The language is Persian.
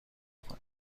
کنید